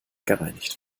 gereinigt